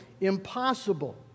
impossible